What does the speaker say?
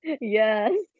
Yes